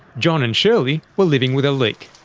john and shirley were living with a leak.